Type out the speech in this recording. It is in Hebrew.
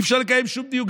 אי-אפשר לקיים שום דיון.